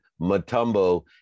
Matumbo